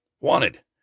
wanted